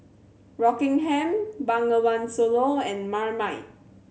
Rockingham Bengawan Solo and Marmite